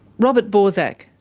robert borsak.